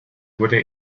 wurde